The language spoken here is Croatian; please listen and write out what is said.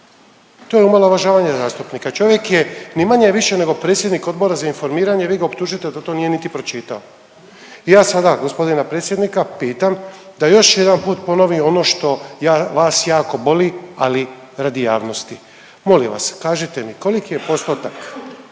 To je omalovažavanje zastupnika. Čovjek je ni manje ni više nego predsjednik Odbora za informiranje, vi ga optužite da to nije niti pročitao i ja sada g. predsjednika pitam, da još jedan put ponovi ono što ja, vas jako boli, ali radi javnosti. Molim vas, kažite, koliki je postotak